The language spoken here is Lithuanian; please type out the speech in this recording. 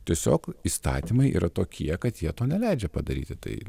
tiesiog įstatymai yra tokie kad jie to neleidžia padaryti tai